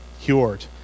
cured